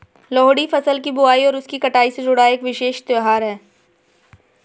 लोहड़ी फसल की बुआई और उसकी कटाई से जुड़ा एक विशेष त्यौहार है